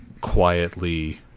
quietly